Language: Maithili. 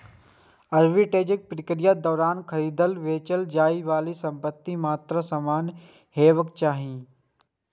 आर्बिट्रेजक प्रक्रियाक दौरान खरीदल, बेचल जाइ बला संपत्तिक मात्रा समान हेबाक चाही